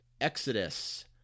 Exodus